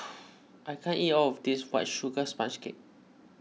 I can't eat all of this White Sugar Sponge Cake